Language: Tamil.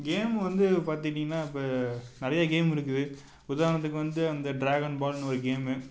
கேம் வந்து பார்த்துட்டீங்கன்னா இப்போ நிறைய கேம் இருக்குது உதாரணத்துக்கு வந்து அந்த டிராகன் பால்னு ஒரு கேம்மு